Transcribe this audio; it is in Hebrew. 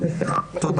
בסדר, מקובל.